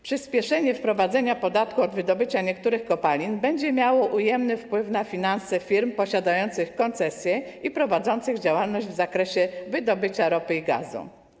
Przyspieszenie wprowadzenia podatku od wydobycia niektórych kopalin będzie miało ujemny wpływ na finanse firm posiadających koncesje i prowadzących działalność w zakresie wydobycia ropy i gazu.